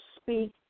speak